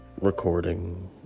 recording